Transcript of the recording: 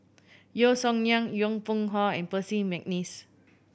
Yeo Song Nian Yong Pung How and Percy McNeice